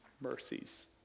mercies